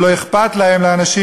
ולא אכפת להם לאנשים,